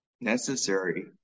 necessary